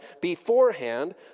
beforehand